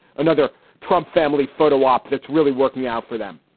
another trump family photo op that's really working out for them.